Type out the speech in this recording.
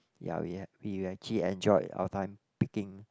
ya we had we actually enjoyed our time picking